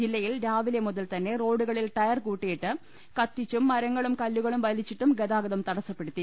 ജില്ലയിൽ രാവിലെ മുതൽ തന്നെ റോഡുകളിൽ ടയർ കൂട്ടിയിട്ട് കത്തിച്ചും മരങ്ങളും കല്ലു കളും വലിച്ചിട്ടും ഗതാഗതം തടസ്സപ്പെടുത്തി